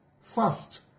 fast